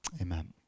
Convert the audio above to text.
Amen